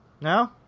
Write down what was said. No